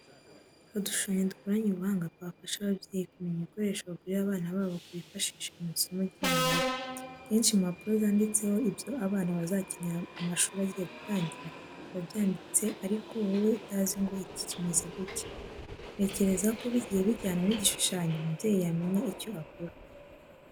Hari udushushanyo dukoranye ubuhanga twafasha ababyeyi kumenya ibikoresho bagurira abana babo ngo bifashishe mu isomo ry'imibare. Kenshi impapuro zanditseho ibyo abana bazakenera amashuri agiye gutangira, biba byanditse ariko wowe utazi ngo iki kimeze gutya. Ntekereza ko bigiye bijyana n'igishushanyo umubyeyi yamenya icyo agura.